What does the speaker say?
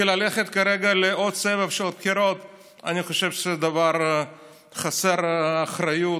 ללכת כרגע לעוד סבב של בחירות אני חושב שזה דבר חסר אחריות,